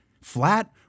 flat